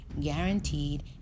guaranteed